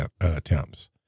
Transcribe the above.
attempts